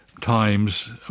times